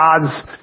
God's